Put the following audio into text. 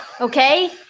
okay